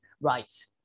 right